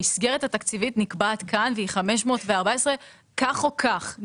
המסגרת התקציבית נקבעת כאן והיא 514 כך או כך,